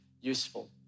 useful